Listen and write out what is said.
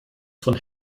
von